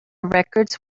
records